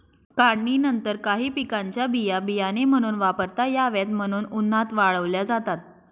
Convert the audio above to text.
काढणीनंतर काही पिकांच्या बिया बियाणे म्हणून वापरता याव्यात म्हणून उन्हात वाळवल्या जातात